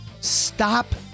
Stop